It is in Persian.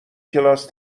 کلاس